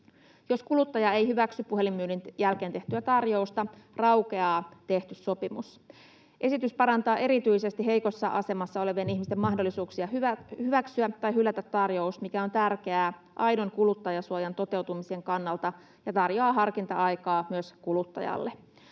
Jos kuluttaja ei hyväksy puhelinmyynnin jälkeen tehtyä tarjousta, raukeaa tehty sopimus. Esitys parantaa erityisesti heikossa asemassa olevien ihmisten mahdollisuuksia hyväksyä tai hylätä tarjous, mikä on tärkeää aidon kuluttajansuojan toteutumisen kannalta ja tarjoaa harkinta-aikaa myös kuluttajalle.